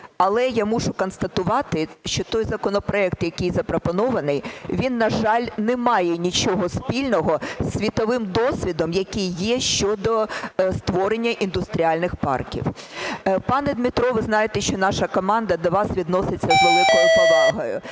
Але я мушу констатувати, що той законопроект, який запропонований, він, на жаль, не має нічого спільного із світовим досвідом, який є, щодо створення індустріальних парків. Пане Дмитро, ви знаєте, що наша команда до вас відноситься з великою повагою.